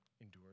endured